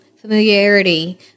familiarity